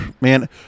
man